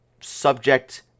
subject